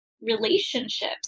relationships